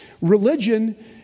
Religion